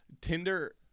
Tinder –